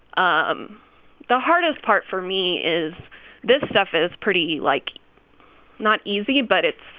um the hardest part for me is this stuff is pretty, like not easy, but it's